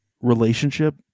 relationship